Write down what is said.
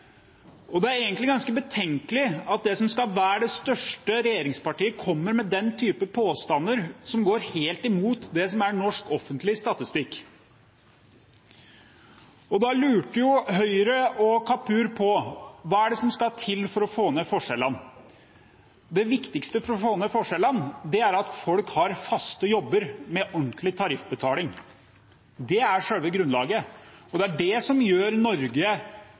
og det er egentlig ganske betenkelig at det som er det største regjeringspartiet, kommer med den type påstander som går helt imot norsk offentlig statistikk. Da lurte Høyre og Kapur på hva som skal til for å få ned forskjellene. Det viktigste for å få ned forskjellene er at folk har faste jobber med ordentlig tariffbetaling. Det er selve grunnlaget og det som gjør at Norge